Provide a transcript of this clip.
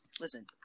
listen